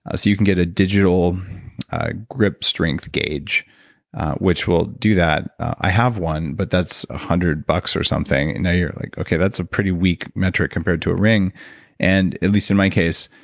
ah so you can get a digital grip strength gauge which will do that. i have one, but that's one hundred bucks or something, and now you're like, okay, that's a pretty weak metric compared to a ring and at least in my case,